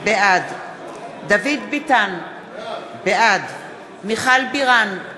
בעד דוד ביטן, בעד מיכל בירן,